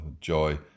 joy